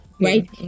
Right